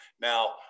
Now